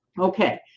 Okay